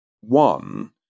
one